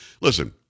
Listen